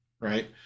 right